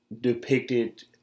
depicted